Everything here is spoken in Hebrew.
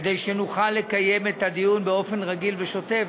כדי שנוכל לקיים את הדיון באופן רגיל ושוטף,